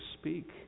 speak